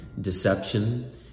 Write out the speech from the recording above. deception